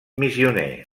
missioner